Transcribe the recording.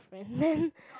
Brandon